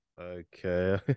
Okay